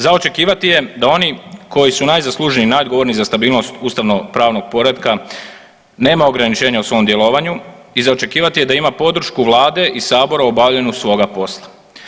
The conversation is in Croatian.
Za očekivati je da oni koji su najzaslužniji i najodgovorniji za stabilnost ustavnopravnog poretka nema ograničenja u svom djelovanju i za očekivati je da ima podršku Vlade i Sabora u obavljanju svoga posla.